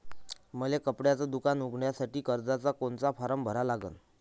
मले कपड्याच दुकान उघडासाठी कर्जाचा कोनचा फारम भरा लागन?